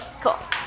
cool